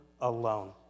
alone